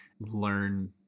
learn